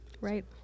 right